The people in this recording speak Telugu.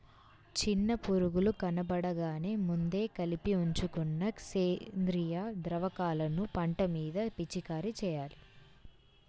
చిన్న పురుగులు కనబడగానే ముందే కలిపి ఉంచుకున్న సేంద్రియ ద్రావకాలను పంట మీద పిచికారీ చెయ్యాలి